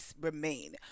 remain